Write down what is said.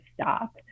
stop